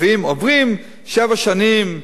שעוברים שבע שנים התמחות,